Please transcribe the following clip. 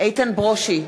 איתן ברושי,